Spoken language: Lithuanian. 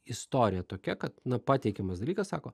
istorija tokia kad na pateikimas dalykas sako